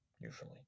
usually